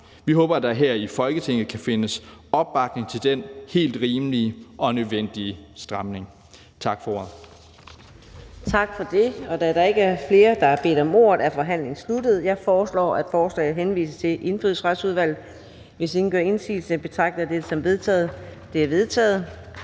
Vi håber, at der her i Folketinget kan findes opbakning til den helt rimelige og nødvendige stramning. Tak for ordet.